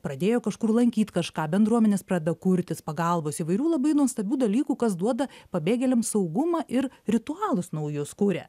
pradėjo kažkur lankyt kažką bendruomenės pradeda kurtis pagalbos įvairių labai nuostabių dalykų kas duoda pabėgėliams saugumą ir ritualus naujus kuria